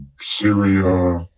Syria